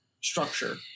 structure